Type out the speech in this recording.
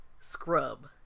scrub